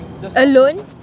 alone